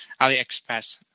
AliExpress